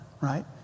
right